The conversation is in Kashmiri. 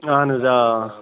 اَہَن حظ آ